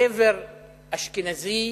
גבר אשכנזי